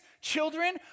children